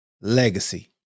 Legacy